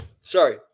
Sorry